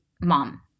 mom